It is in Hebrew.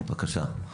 בבקשה.